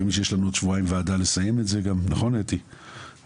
יש לנו עוד שבועיים וועדה לסיום נושא הקבורה,